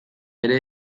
ere